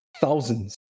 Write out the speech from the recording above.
thousands